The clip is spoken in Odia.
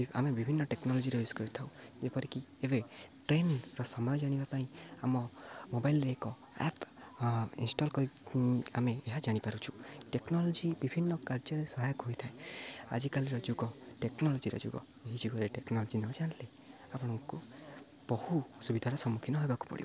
ଆମେ ବିଭିନ୍ନ ଟେକ୍ନୋଲୋଜିର ୟୁଜ୍ କରିଥାଉ ଯେପରିକି ଏବେ ଟ୍ରେନ୍ର ସମୟ ଜାଣିବା ପାଇଁ ଆମ ମୋବାଇଲ୍ରେ ଏକ ଆପ୍ ଇନଷ୍ଟଲ କରି ଆମେ ଏହା ଜାଣିପାରୁଛୁ ଟେକ୍ନୋଲୋଜି ବିଭିନ୍ନ କାର୍ଯ୍ୟରେ ସହାୟକ ହୋଇଥାଏ ଆଜିକାଲିର ଯୁଗ ଟେକ୍ନୋଲୋଜିର ଯୁଗ ଏହି ଯୁଗରେ ଟେକ୍ନୋଲୋଜି ନ ଜାଣିଲେ ଆପଣଙ୍କୁ ବହୁ ଅସୁବିଧାର ସମ୍ମୁଖୀନ ହେବାକୁ ପଡ଼ିବ